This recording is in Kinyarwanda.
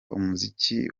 umuziki